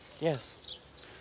Yes